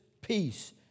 peace